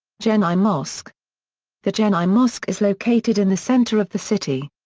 jeni mosque the jeni mosque is located in the center of the city.